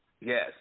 Yes